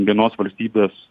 vienos valstybės